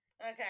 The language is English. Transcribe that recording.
Okay